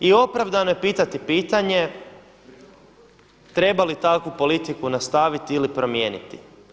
I opravdano je pitati pitanje, treba li takvu politiku nastaviti ili promijeniti?